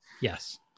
Yes